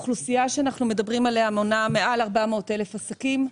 האוכלוסייה שאנחנו מדברים עליה מונה מעל 400,000 עסקים.